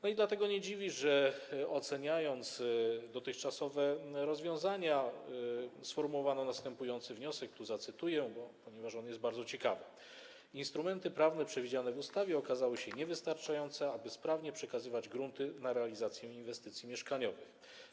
No i dlatego nie dziwi to, że oceniając dotychczasowe rozwiązania, sformułowano następujący wniosek - tu zacytuję, ponieważ on jest bardzo ciekawy: Instrumenty prawne przewidziane w ustawie okazały się niewystarczające, aby sprawnie przekazywać grunty na realizację inwestycji mieszkaniowych.